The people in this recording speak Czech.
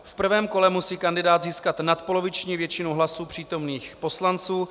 V prvém kole musí kandidát získat nadpoloviční většinu hlasů přítomných poslanců.